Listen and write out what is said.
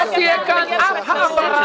אף העברה,